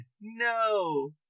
No